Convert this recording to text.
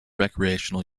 recreational